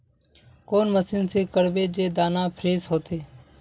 कौन मशीन से करबे जे दाना फ्रेस होते?